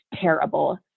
terrible